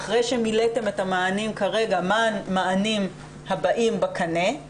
אחרי שמילאתם את המענים כרגע מה המענים הבאים בקנה,